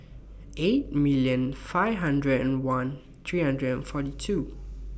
eight million five hundred and one three hundred and forty two